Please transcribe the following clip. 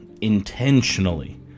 intentionally